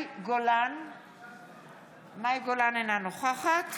אינה נוכחת